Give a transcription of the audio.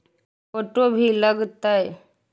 Photo भी लग तै?